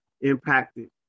impacted